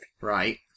Right